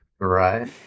right